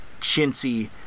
chintzy